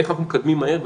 איך אנחנו מתקדמים מהר.